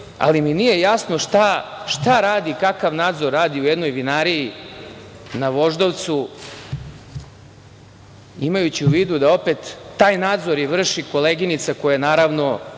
ali mi nije jasno šta radi, kakav nadzor radi u jednoj vinariji na Voždovcu, imajući u vidu da opet taj nadzor i vrši koleginica, koja naravno,